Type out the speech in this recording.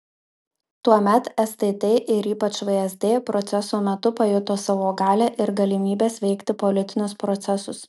tuomet stt ir ypač vsd proceso metu pajuto savo galią ir galimybes veikti politinius procesus